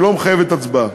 שלא מחייבת הצבעה.